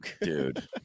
Dude